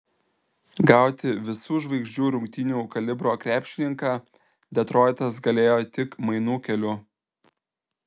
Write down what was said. gauti visų žvaigždžių rungtynių kalibro krepšininką detroitas galėjo tik mainų keliu